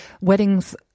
weddings